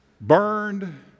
burned